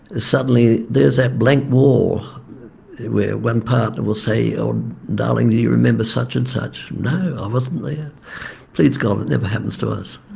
suddenly there's that blank wall where one partner will say oh darling do you remember such and such um ah and please god it never happens to us.